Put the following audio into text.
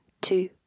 two